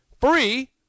free